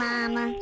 Mama